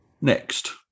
next